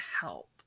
help